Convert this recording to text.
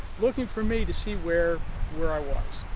looking for me to see where where i was.